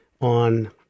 on